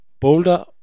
Boulder